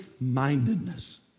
mindedness